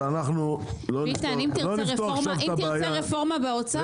אם תרצה רפורמה באוצר,